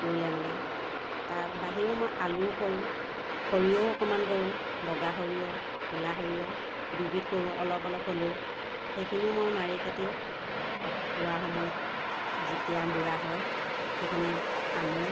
ৰুলে মানে তাৰ বাহিৰেও মই আলুও কৰোঁ সৰিয়হো অকণমান কৰোঁ বগা সৰিয়হ ক'লা সৰিয়হ দুইবিধ কৰোঁ অলপ অলপ হ'লেও সেইখিনিও মই মাৰি কাটি হোৱা সময়ত যেতিয়া বুঢ়া হয় সেইখিনি আনোঁ